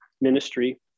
ministry